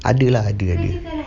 ada lah ada ada